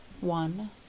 One